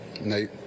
nate